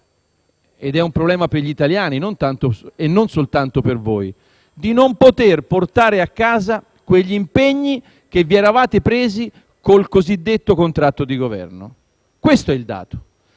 (ed è un problema per gli italiani e non soltanto per voi): quella di non poter portare a casa quegli impegni che vi eravate presi con il cosiddetto contratto di Governo. Questo è il dato.